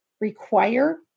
require